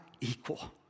equal